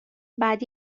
بعد